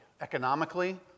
economically